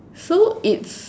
so it's